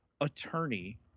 attorney